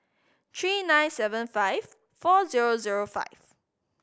three nine seven five four zero zero five